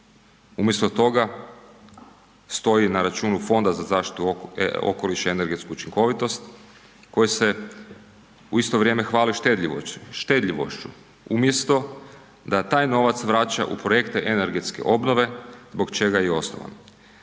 umjesto toga stoji na računu Fonda za zaštitu okoliša i energetsku učinkovitost koji se u isto vrijeme hvali štedljivošću umjesto da taj novac vraća u projekte energetske obnove zbog čega je i osnovan.